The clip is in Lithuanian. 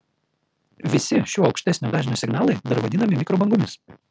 visi šiuo aukštesnio dažnio signalai dar vadinami mikrobangomis